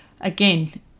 again